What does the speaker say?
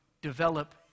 Develop